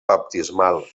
baptismal